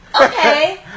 Okay